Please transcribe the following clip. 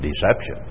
deception